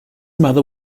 mother